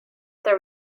there